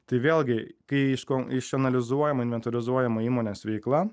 tai vėlgi kai iš ko išanalizuojama inventorizuojama įmonės veikla